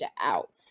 out